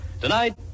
tonight